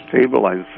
stabilize